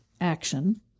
Action